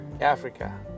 Africa